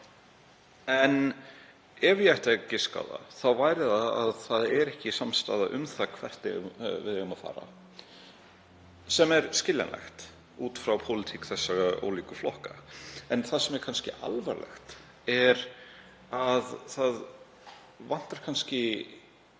En ef ég ætti að giska þá væri það það að ekki er samstaða um það hvert við eigum að fara, sem er skiljanlegt út frá pólitík þessara ólíku flokka. Það sem er alvarlegt er að það vantar kannski